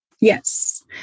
Yes